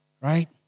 Right